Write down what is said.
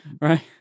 Right